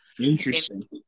interesting